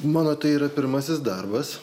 mano tai yra pirmasis darbas